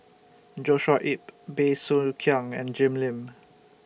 Joshua Ip Bey Soo Khiang and Jim Lim